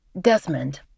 Desmond